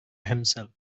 himself